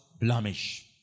blemish